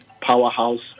powerhouse